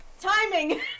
timing